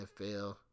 NFL